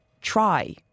try